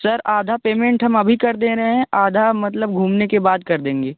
sir आधा payment हम अभी कर दे रहें हैं आधा मतलब घूमने के बाद कर देंगे